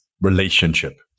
relationship